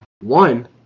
one